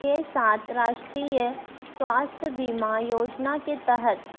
के साथ राष्ट्रीय स्वास्थ्य बीमा योजना के तहत